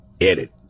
Edit